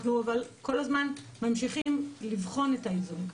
אנחנו כל הזמן ממשיכים לבחון את האיזון.